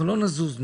אנחנו לא נזוז ממנה.